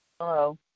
Hello